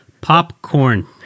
Popcorn